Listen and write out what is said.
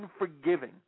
unforgiving